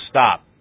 stop